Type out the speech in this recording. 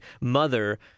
Mother